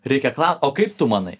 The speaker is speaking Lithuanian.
reikia klau o kaip tu manai